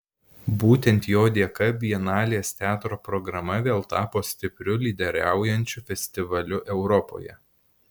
būtent jo dėka bienalės teatro programa vėl tapo stipriu lyderiaujančiu festivaliu europoje